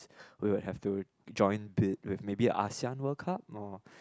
we will have to join bid with maybe Asean World Cup or